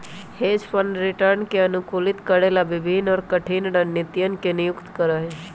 hedge fund return के अनुकूलित करे ला विभिन्न और कठिन रणनीतियन के नियुक्त करा हई